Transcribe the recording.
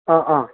ಆ ಆಂ